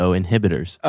inhibitors